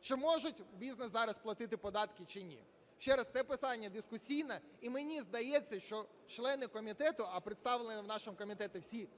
Чи може бізнес зараз платити податки, чи ні? Ще раз, це питання дискусійне, і мені здається, що члени комітету, а представлені в нашому комітеті всі